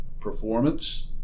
performance